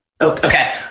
Okay